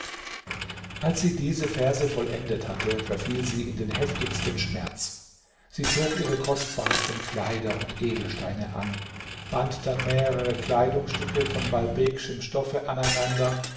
als sie diese verse vollendet hatte verfiel sie in den heftigsten schmerz sie zog ihre kostbarsten kleider und edelsteine an band dann mehrere kleidungsstücke von balbekschem stoffe aneinander